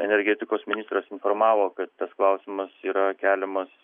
energetikos ministras informavo kad tas klausimas yra keliamas